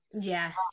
Yes